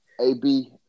AB